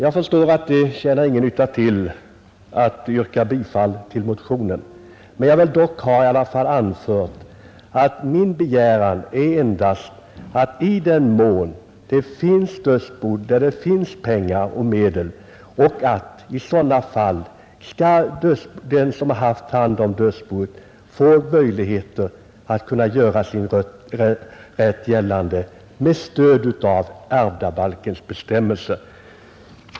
Jag förstår att det inte tjänar något till att yrka bifall till motionen, men jag vill dock ha anfört att min begäran endast är en hemställan om ett tillägg i ärvdabalken som gör det möjligt att i dödsbon där det finns pengar och medel skall den som haft hand om den avlidne före dennes bortgång få möjlighet att göra sin rätt gällande med stöd av ärvdabalkens bestämmelser.